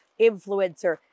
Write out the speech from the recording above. influencer